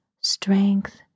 strength